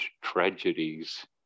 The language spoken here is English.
tragedies